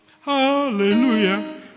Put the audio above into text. Hallelujah